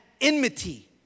enmity